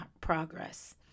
progress